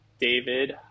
David